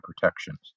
protections